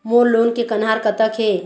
मोर loan के कन्हार कतक हे?